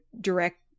direct